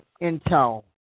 intel